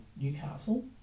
Newcastle